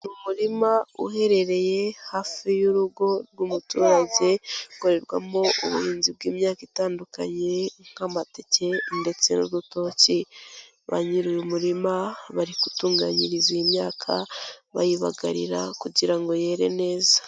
Umurima uherereye hafi y'urugo rw'umuturage ukorerwamo ubuhinzi bw'imyaka itandukanye nk'amateke ndetse n'urutoki, ba nyiri uyu murima bari gutunganyiriza iyi myaka bayibagarira kugira ngo yere neza.